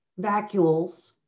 vacuoles